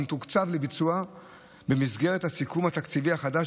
והוא מתוקצב לביצוע במסגרת הסיכום התקציבי החדש